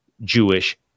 Jewish